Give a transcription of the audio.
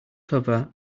cover